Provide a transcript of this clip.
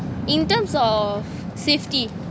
in terms of safety